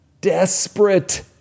desperate